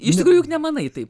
iš tikrųjų juk nemanai taip